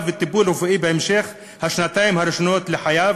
וטיפול רפואי בשנתיים הראשונות לחייו,